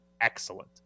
excellent